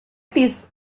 pis